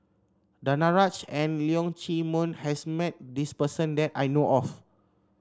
Danaraj and Leong Chee Mun has met this person that I know of